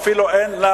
אפילו אין לה